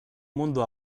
mundo